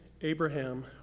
Abraham